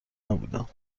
نبودم